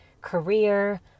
career